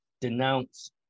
denounce